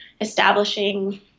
establishing